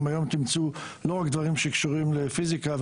היום תמצאו לא רק דברים שקשורים לפיזיקה,